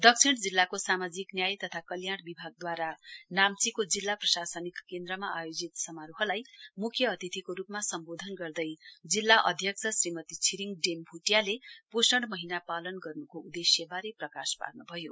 दक्षिण जिल्लाका सामाजिक न्याय तथा कल्याण विभागद्वारा नाम्चीको जिल्ला प्रशासनिक केन्द्रमा आयोजित समारोहलाई मुख्य अतिथिको रूपमा सम्बोधन गर्दै जिल्ला अध्यक्ष श्रीमती छिरिङ डोमा भ्टियाले पोषण महीना पालन गर्न्को उदेश्यबारे प्रकाश पार्न्भयो